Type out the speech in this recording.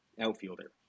outfielder